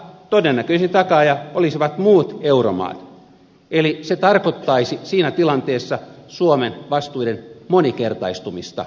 todennäköisin takaaja olisi muut euromaat eli se tarkoittaisi siinä tilanteessa suomen vastuiden moninkertaistumista